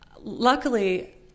luckily